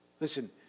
Listen